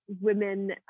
women